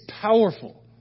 powerful